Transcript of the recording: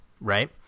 right